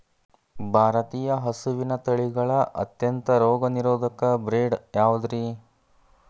ಭಾರತೇಯ ಹಸುವಿನ ತಳಿಗಳ ಅತ್ಯಂತ ರೋಗನಿರೋಧಕ ಬ್ರೇಡ್ ಯಾವುದ್ರಿ?